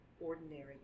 ordinary